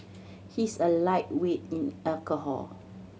he is a lightweight in alcohol